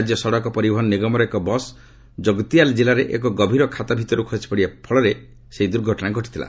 ରାଜ୍ୟ ସଡ଼କ ପରିବହନ ନିଗମର ଏକ ବସ୍ ଜଗତିଆଲ ଜିଲ୍ଲାରେ ଏକ ଗଭୀର ଖାତ ଭିତରକୁ ଖସିପଡ଼ିବା ଫଳରେ ଏହି ଦୁର୍ଘଟଣା ଘଟିଛି